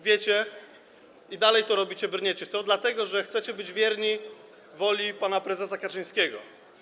Wiecie i dalej to robicie, brniecie w to, dlatego że chcecie być wierni woli pana prezesa Kaczyńskiego.